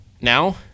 now